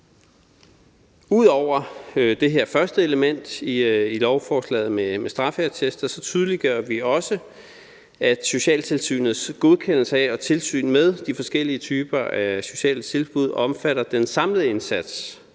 Ud over det her første element i lovforslaget med straffeattester tydeliggør vi også, at socialtilsynets godkendelse af og tilsyn med de forskellige typer af sociale tilbud omfatter den samlede indsats,